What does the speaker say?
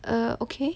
err okay